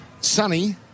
Sunny